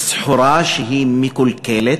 סחורה מקולקלת,